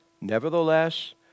Nevertheless